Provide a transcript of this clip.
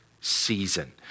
season